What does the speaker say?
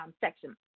section